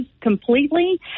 completely